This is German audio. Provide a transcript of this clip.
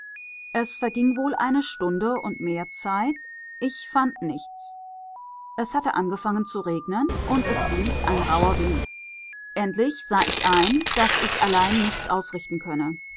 es verging wohl eine stunde und mehr zeit ich fand nichts es hatte angefangen zu regnen und es blies ein rauher wind endlich sah ich ein daß ich allein nichts ausrichten könne